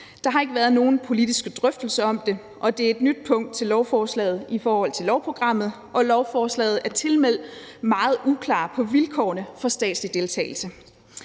Der har ikke været nogen politiske drøftelser om det, og det er et nyt punkt til lovforslaget i forhold til lovprogrammet, og lovforslaget er tilmed meget uklart på vilkårene for statslig deltagelse.